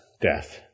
death